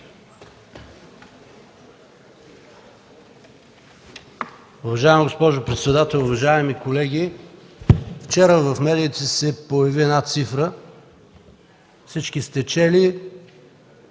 Уважаема госпожо председател, уважаеми колеги! Вчера в медиите се появи една цифра, всички сте чели